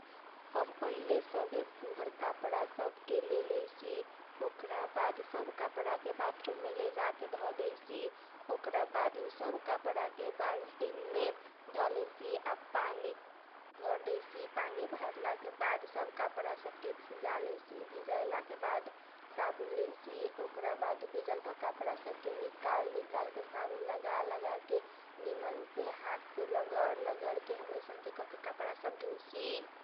पहिले फुहर कपडा सबके लेलैसी ओकरा बाद बाथरुममे जाके बालटीनमे धलैसी आ उ बालटीनमे पानी भरलैसी पानी भरलाके बाद साबुन लैसी ओकरा बाद भिजलका कपडामे साबुन लगाके निमनसे धोलैसी ओकरा बाद सब कपडा सबके चार पाँच बालटीन पानीसे खंगारके धलैसी आ लेजाके पसार दैसी।